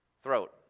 Throat